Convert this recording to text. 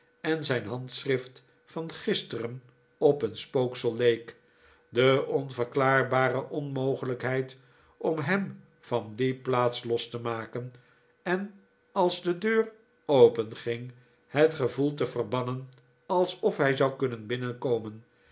en zijn handschrift van gisteren op een spooksel leek de onverklaarbare onmogelijkheid om hem van die plaats los te maken en als de deur openging het gevoel te verbannen alsof hij zou kunnen binnenkomen